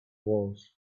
walls